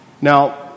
Now